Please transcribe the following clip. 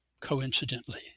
coincidentally